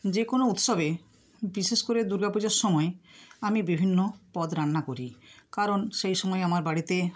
যে কোনো উৎসবে বিশেষ করে দুর্গা পূজার সময় আমি বিভিন্ন পদ রান্না করি কারণ সেই সময় আমার বাড়িতে